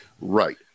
right